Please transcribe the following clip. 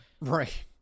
Right